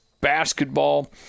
basketball